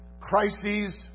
crises